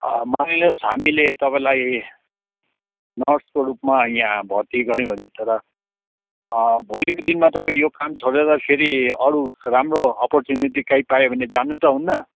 मानिलिनुहोस् हामीले तपाईँलाई नर्सको रूपमा यहाँ भर्ती गऱ्यौँ अरे तर भोलिको दिनमा तपाईँ यो काम छोडेर फेरि अरू राम्रो अपर्च्युनिटी कहीँ पायो भने जानु त हुन्न